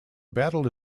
battle